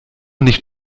nicht